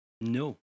No